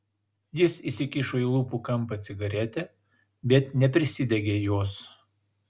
jis įsikišo į lūpų kampą cigaretę bet neprisidegė jos